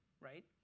right